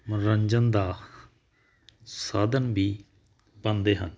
ਮਨੋਰੰਜਨ ਦਾ ਸਾਧਨ ਵੀ ਬਣਦੇ ਹਨ